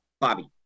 Bobby